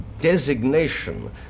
designation